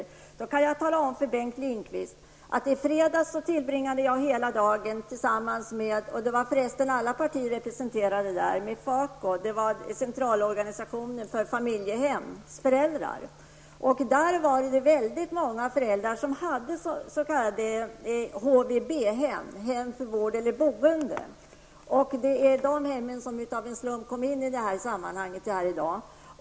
I det sammanhanget kan jag tala om för Bengt Lindqvist att jag tillbringade hela fredagen -- alla partier var för resten representerade -- Familjehemmens centralorganisation. Väldigt många föräldrar står bakom s.k. HVB-hem, hem för vård och boende. Men det var en slump att dessa hem kom med i debatten i dag.